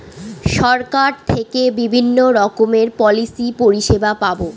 সরকার থেকে বিভিন্ন রকমের পলিসি পরিষেবা পাবো